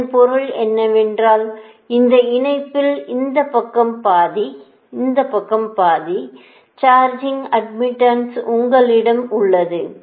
இதன் பொருள் என்னவென்றால் இந்த இணைப்பில் இந்த பக்கம் பாதி இந்த பக்கம் பாதி சார்ஜிங் அட்மிட்டன்ஸ்உங்களிடம் உள்ளது